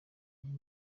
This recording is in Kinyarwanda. y’iyi